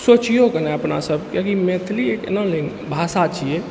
सोचियो कनि अपनासभ कियाकि मैथिली एक एनालैङ्ग भाषा छियै